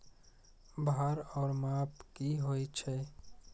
भार ओर माप की होय छै?